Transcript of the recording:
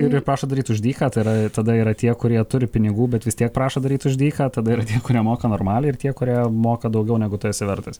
ir prašo daryt už dyką tai yra tada yra tie kurie turi pinigų bet vis tiek prašo daryt už dyką tada yra tie kurie moka normaliai ir tie kurie moka daugiau negu tu esi vertas